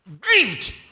grieved